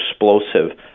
explosive